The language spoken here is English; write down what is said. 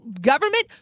government